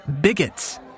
bigots